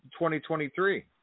2023